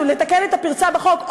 רצו לתקן את הפרצה בחוק.